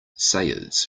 sayers